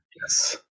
Yes